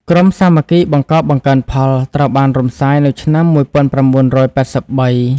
ក្រុមសាមគ្គីបង្កបង្កើនផល ត្រូវបានរំសាយនៅឆ្នាំ១៩៨៣។